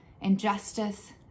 injustice